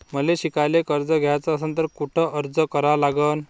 मले शिकायले कर्ज घ्याच असन तर कुठ अर्ज करा लागन?